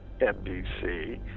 NBC